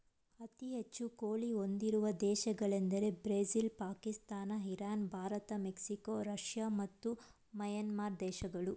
ಅತಿ ಹೆಚ್ಚು ಕೋಳಿ ಹೊಂದಿರುವ ದೇಶಗಳೆಂದರೆ Brazil Pakistan Iran Bharat Mexico Russia ಮತ್ತು ಮ್ಯಾನ್ಮಾರ್ ದೇಶಗಳು